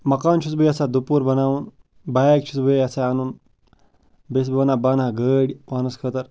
مَکان چھُس بہٕ یَژھان دُ پُہُر بَناوُن بایِک چھُس بہٕ یَژھان اَنُن بہٕ چھُس وَنان بہٕ اَنہٕ ہا گٲڑۍ پانَس خٲطٕر